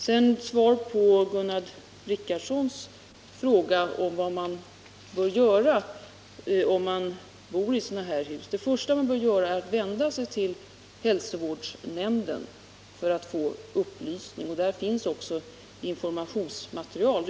Till svar på Gunnar Richardsons fråga om vad man bör göra om man bor i sådana här hus vill jag säga att det första man bör göra är att vända sig till vederbörande hälsovårdsnämnd för att få upplysning. Hos hälsovårdsnämnderna finns också informationsmaterial.